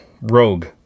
Rogue